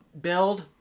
build